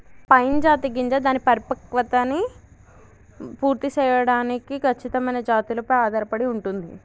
pine జాతి గింజ దాని పరిపక్వతను పూర్తి సేయడానికి ఖచ్చితమైన జాతులపై ఆధారపడి ఉంటుంది